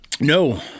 No